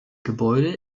gebäude